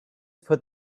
put